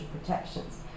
protections